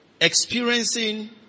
Experiencing